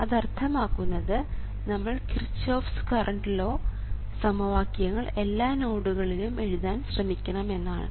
അത് അർത്ഥമാക്കുന്നത് നമ്മൾ Kirchhoff's current law Kirchoffs Current Law സമവാക്യങ്ങൾ എല്ലാ നോഡുകളിലും എഴുതാൻ ശ്രമിക്കണമെന്നാണ്